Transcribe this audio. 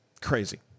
Crazy